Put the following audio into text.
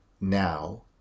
now